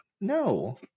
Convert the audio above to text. No